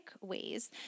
ways